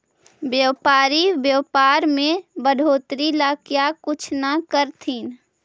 व्यापारी व्यापार में बढ़ोतरी ला क्या कुछ न करथिन